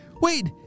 Wait